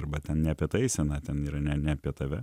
arba tenne apie tą eiseną ten yra ne ne apie tave